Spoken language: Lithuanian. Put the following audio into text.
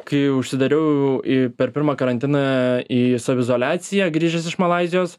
kai užsidariau į per pirmą karantiną į saviizoliaciją grįžęs iš malaizijos